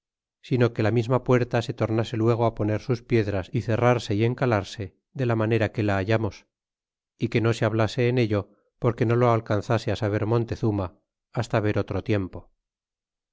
sino que la misma puerta se tornase luego poner sus piedras y cerrase y enga clase de la manera que la hallamos y que no se hablase en ello porque no lo alcanzase saber montezuma hasta ver otro tiempo